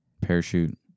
Parachute